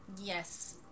Yes